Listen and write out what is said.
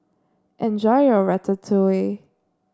enjoy your Ratatouille